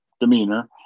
demeanor